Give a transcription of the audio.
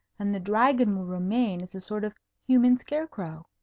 and the dragon will remain as a sort of human scarecrow.